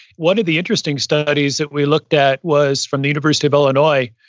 one of the interesting studies that we looked at was from the university of illinois,